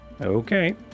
Okay